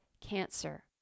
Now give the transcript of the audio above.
cancer